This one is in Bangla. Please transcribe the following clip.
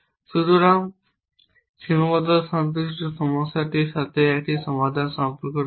সুতরাং সীমাবদ্ধতা সন্তুষ্টির সমস্যাটির সাথে একটি সমাধান সম্পর্ক রয়েছে